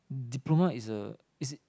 diploma is a is